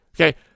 Okay